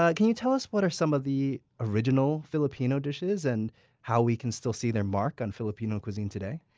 ah can you tell us what are some of the original filipino dishes, and how we can still see their mark on filipino cuisine today?